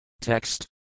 Text